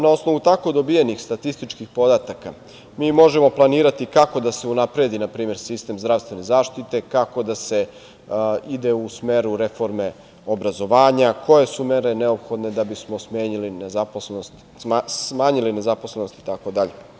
Na osnovu tako dobijenih statističkih podataka, mi možemo planirati kako da se unapredi, na primer sistem zdravstvene zaštite, kako da se ide u smeru reforme obrazovanja, koje su mere neophodne kako bi smo smanjili nezaposlenost itd.